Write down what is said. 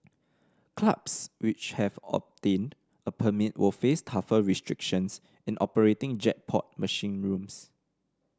clubs which have obtained a permit will face tougher restrictions in operating jackpot machine rooms